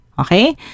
Okay